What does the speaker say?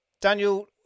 Daniel